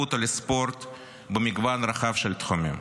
לתרבות ולספורט במגוון רחב של תחומים.